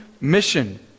mission